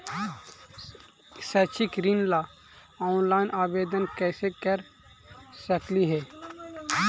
शैक्षिक ऋण ला ऑनलाइन आवेदन कैसे कर सकली हे?